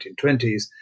1920s